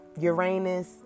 Uranus